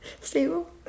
Stable